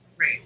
Right